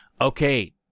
Okay